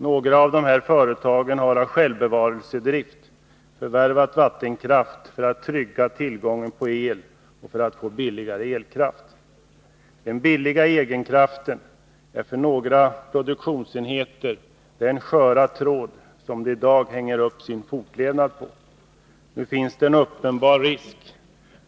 Några av dessa företag har av självbevarelsedrift förvärvat vattenkraft för att trygga tillgången på el och för att få billigare elkraft. Den billiga egenkraften är för några produktionsenheter den sköra tråd som de i dag hänger upp sin fortlevnad på. Nu finns det en uppenbar risk